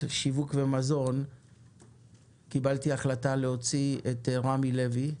שיווק ומזון קיבלתי החלטה להוציא את רמי לוי,